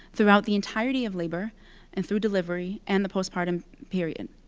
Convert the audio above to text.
throughout the entirety of labor and through delivery and the postpartum period.